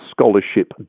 scholarship